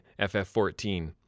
FF14